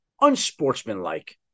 unsportsmanlike